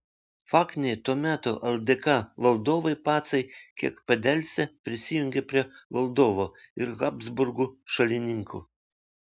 faktiniai to meto ldk valdovai pacai kiek padelsę prisijungė prie valdovo ir habsburgų šalininkų